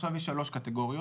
ועכשיו יש שלוש קטגוריות.